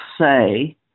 say